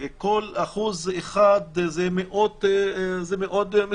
כל 1% זה מאות משרות.